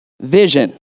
vision